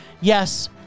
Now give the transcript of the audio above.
Yes